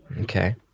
Okay